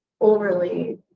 overly